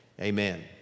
amen